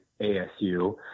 ASU